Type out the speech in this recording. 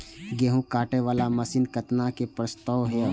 गेहूँ काटे वाला मशीन केतना के प्रस्ताव हय?